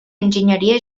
enginyeria